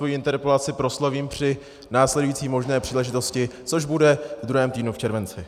Svoji interpelaci proslovím při následující možné příležitosti, což bude ve druhém týdnu v červenci.